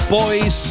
boys